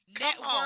Network